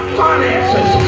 finances